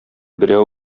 берәү